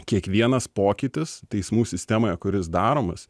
kiekvienas pokytis teismų sistemoje kuris daromas